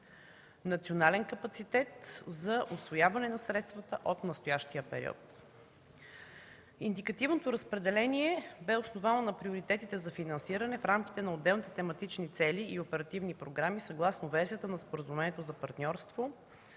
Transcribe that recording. национален капацитет за усвояване на средствата от настоящия период. Индикативното разпределение бе основано на приоритетите за финансиране в рамките на отделните тематични цели и оперативни програми съгласно версията на Споразумението за партньорство